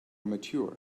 mature